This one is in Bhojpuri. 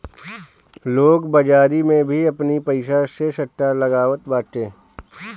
लोग बाजारी में भी आपनी पईसा से सट्टा लगावत बाटे